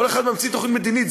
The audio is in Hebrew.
כל אחד ממציא תוכנית מדינית,